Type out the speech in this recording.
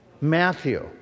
Matthew